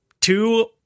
two